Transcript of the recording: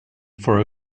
for